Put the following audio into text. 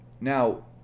Now